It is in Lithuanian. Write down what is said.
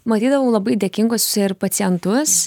matydavau labai dėkingus ir pacientus